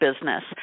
business